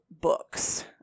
books